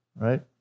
Right